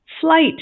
Flight